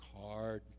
hard